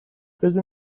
بدون